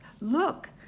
Look